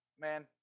Man